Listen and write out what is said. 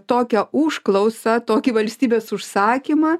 tokią užklausą tokį valstybės užsakymą